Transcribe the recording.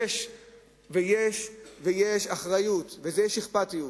יש אחריות ויש אכפתיות,